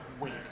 wait